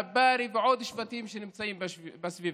אל-נבארי ועוד השבטים שנמצאים בסביבה.